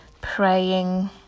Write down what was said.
praying